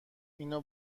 اینو